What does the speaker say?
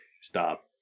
stop